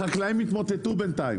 החקלאים יתמוטטו בינתיים.